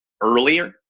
earlier